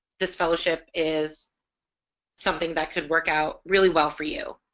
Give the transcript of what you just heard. this fellowship is something that could work out really well for you.